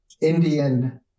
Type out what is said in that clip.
Indian